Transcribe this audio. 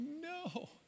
no